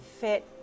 fit